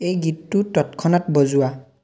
এই গীতটো তৎক্ষণাত বজোৱা